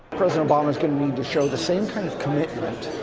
president obama is going to need to show the same kind of commitment